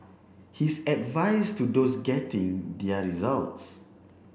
his advice to those getting their results